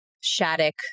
Shattuck